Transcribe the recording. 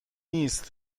نیست